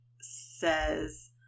says